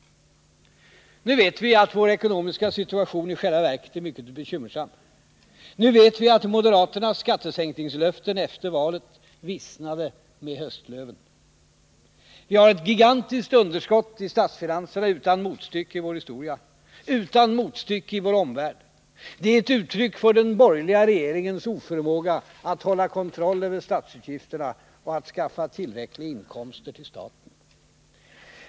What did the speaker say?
Nu vet vi att vår ekonomiska situation i själva verket är mycket bekymmersam. Nu vet vi att moderaternas skattesänkningslöften efter valet vissnade med höstlöven. Vi har ett gigantiskt underskott i statsfinanserna. Det är utan motstycke i vår historia, utan motstycke i vår omvärld. Det är ett uttryck för den borgerliga regeringens oförmåga att hålla kontroll över statsutgifterna och att skaffa tillräckliga inkomster till staten.